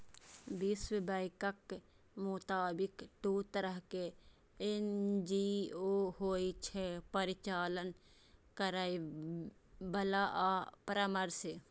विश्व बैंकक मोताबिक, दू तरहक एन.जी.ओ होइ छै, परिचालन करैबला आ परामर्शी